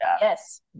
Yes